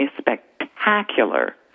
spectacular